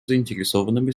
заинтересованными